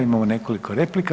Imamo nekoliko replika.